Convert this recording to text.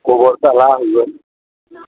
गबर गारना होगोन